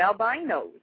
albinos